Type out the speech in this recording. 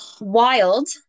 wild